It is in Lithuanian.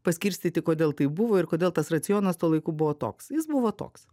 paskirstyti kodėl taip buvo ir kodėl tas racionas tuo laiku buvo toks jis buvo toks